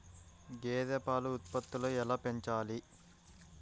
గేదె పాల ఉత్పత్తులు ఎలా పెంచాలి?